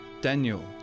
Daniel